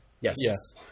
Yes